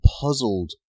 puzzled